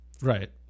Right